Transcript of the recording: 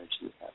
energy